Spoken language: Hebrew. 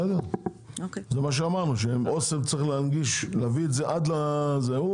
בסדר, זה מה שאמרנו, אסם צריכה להביא את זה, הוא